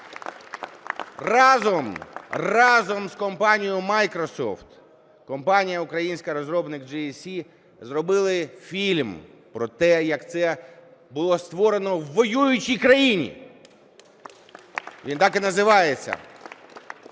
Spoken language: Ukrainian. Разом з компанією Microsoft компанія українська розробник GSC зробили фільм про те, як це було створено в воюючій країні. Він так і називається